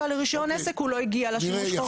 לרישיון עסק הוא לא הגיע לשימוש חורג.